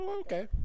okay